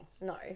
no